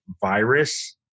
virus